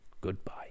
goodbye